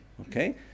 Okay